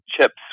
chips